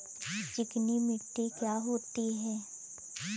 चिकनी मिट्टी क्या होती है?